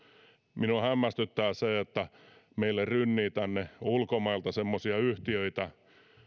minua hämmästyttää se että meille rynnii tänne ulkomailta semmoisia yhtiöitä